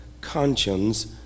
conscience